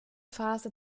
phase